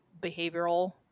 behavioral